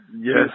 Yes